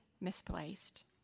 misplaced